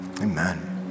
Amen